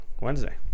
wednesday